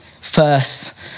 first